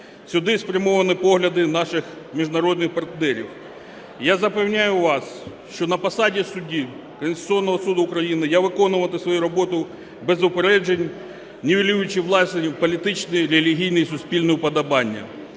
сюди спрямовані погляди наших міжнародних партнерів. Я запевняю вас, що на посаді судді Конституційного Суду України я виконуватиму свою роботу без упереджень, нівелюючи власні політичні, релігійні, суспільні вподобання,